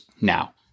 now